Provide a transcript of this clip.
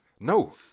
no